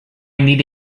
need